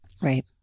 Right